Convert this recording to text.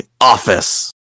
office